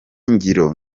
ngiro